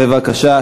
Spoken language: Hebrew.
בבקשה.